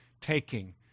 taking